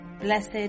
Blessed